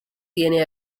tiene